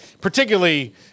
particularly